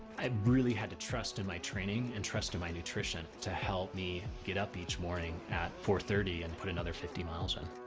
i really had to trust in my training and trust in my nutrition to help me get up each morning at four thirty and put another fifty miles in.